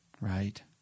Right